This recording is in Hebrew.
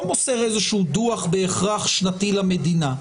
לא בהכרח מוסר איזשהו דוח שנתי למדינה,